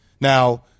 Now